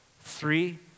Three